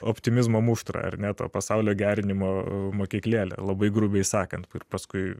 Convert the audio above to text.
optimizmo muštrą ar ne to pasaulio gerinimo mokyklėlę labai grubiai sakant kur paskui